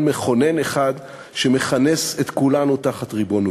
מכונן אחד שמכנס את כולנו תחת ריבונותו.